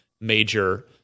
major